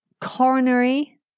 coronary